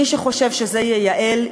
מי שחושב שזה ייעל,